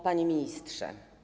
Panie Ministrze!